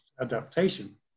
adaptation